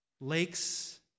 lakes